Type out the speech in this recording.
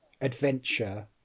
adventure